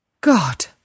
God